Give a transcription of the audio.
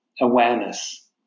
awareness